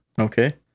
Okay